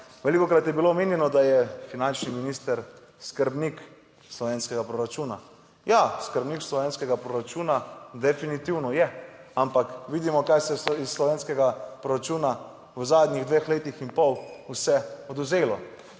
Velikokrat je bilo omenjeno, da je finančni minister skrbnik slovenskega proračuna. Ja, skrbnik slovenskega proračuna definitivno je, ampak vidimo, kaj se je iz slovenskega proračuna v zadnjih dveh letih in pol vse odvzelo.